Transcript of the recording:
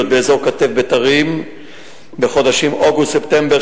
באזור כתף-בתרים בחודשים אוגוסט-ספטמבר,